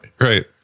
right